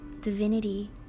divinity